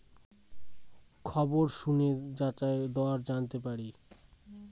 খবরের কাগজ ছাড়া আর কি ভাবে বাজার দর জানতে পারি?